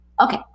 Okay